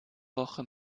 woche